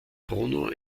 bruno